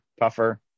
tougher